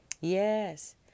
Yes